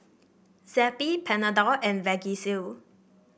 Zappy Panadol and Vagisil